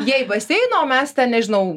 jie į baseiną o mes ten nežinau